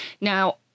Now